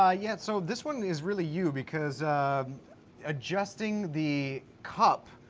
ah yeah, so this one is really you because adjusting the cup,